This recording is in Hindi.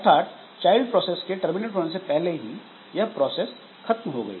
अर्थात चाइल्ड प्रोसेस के टर्मिनेट होने से पहले ही यह प्रोसेस खत्म हो गई